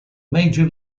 major